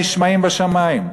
נשמעות בשמים.